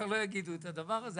אני חושב שכבר לא יגידו את הדבר הזה.